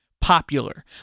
popular